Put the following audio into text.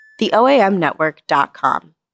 TheOAMNetwork.com